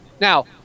Now